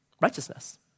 Righteousness